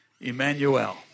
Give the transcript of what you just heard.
Emmanuel